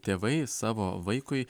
tėvai savo vaikui